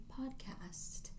podcast